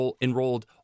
enrolled